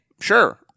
sure